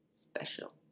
special